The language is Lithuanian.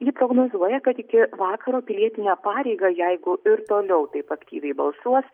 ji prognozuoja kad iki vakaro pilietinę pareigą jeigu ir toliau taip aktyviai balsuos